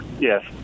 Yes